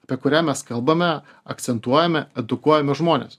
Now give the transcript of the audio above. apie kurią mes kalbame akcentuojame edukuojame žmones